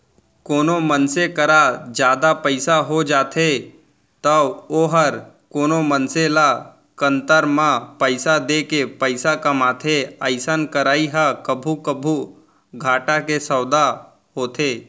कोनो मनसे करा जादा पइसा हो जाथे तौ वोहर कोनो मनसे ल कन्तर म पइसा देके पइसा कमाथे अइसन करई ह कभू कभू घाटा के सौंदा होथे